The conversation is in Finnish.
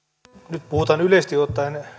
nyt kun puhutaan yleisesti ottaen